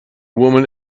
woman